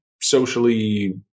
socially